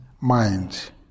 mind